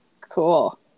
cool